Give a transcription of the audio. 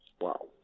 Wow